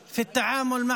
הערביים שלנו.)